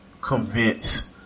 convince